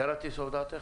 ירדתי לסוף דעתך?